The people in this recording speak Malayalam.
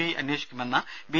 ഐ അന്വേഷിക്കുമെന്ന ബി